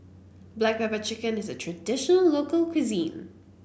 Black Pepper Chicken is a traditional local cuisine